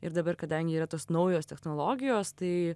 ir dabar kadangi yra tos naujos technologijos tai